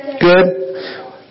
Good